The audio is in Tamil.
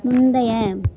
முந்தைய